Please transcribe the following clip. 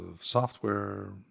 software